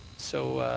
so